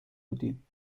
بودیم